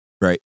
Right